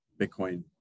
Bitcoin